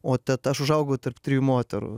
o teta aš užaugau tarp trijų moterų